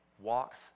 walks